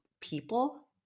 people